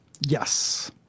yes